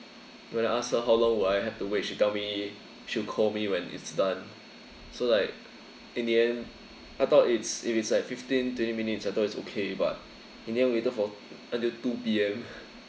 when I ask her how long will I have to wait she tell me she'll call me when it's done so like in the end I thought it's if it's like fifteen twenty minutes I thought it's okay but in the end we waited for until two P_M